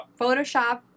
Photoshop